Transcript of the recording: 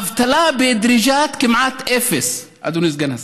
האבטלה בדריג'את היא כמעט אפס, אדוני סגן השר.